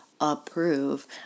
approve